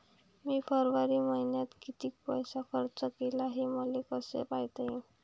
मी फरवरी मईन्यात कितीक पैसा खर्च केला, हे मले कसे पायता येईल?